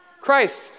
Christ